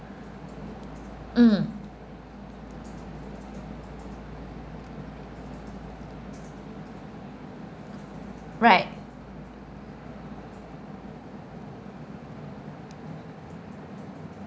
mm right